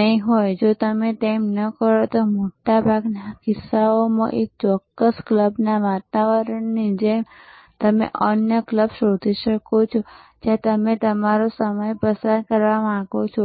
નહીં હોય જો તમે ન કરો તો મોટા ભાગના કિસ્સાઓમાં એક ચોક્કસ ક્લબના વાતાવરણની જેમ તમે અન્ય ક્લબ શોધી શકો છો જ્યાં તમે તમારો સમય પસાર કરવા માંગો છો